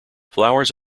flowers